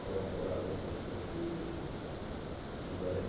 ପରମ୍ପରା ଏବଂ ସଂସ୍କୃତି ଦିଗରେ